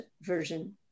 version